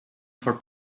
for